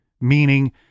meaning